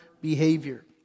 behavior